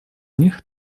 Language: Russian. них